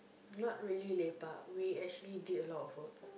not really lepak we actually did a lot of work